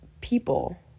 people